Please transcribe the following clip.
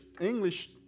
English